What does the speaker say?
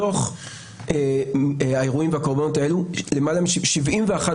מתוך האירועים והקורבנות האלו, 71%